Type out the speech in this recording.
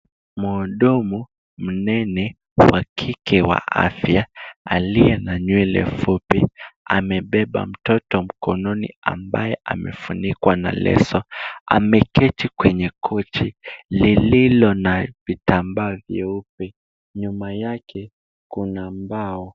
Mhudumu mnene wa kike wa afya aliye na nywele fupi .Amebeba mtoto mkononi ambaye amefunikwa na leso .Ameketi kwenye kochi lililo na vitamba vyeupe, nyuma yake kuna mbao.